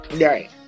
Right